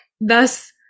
thus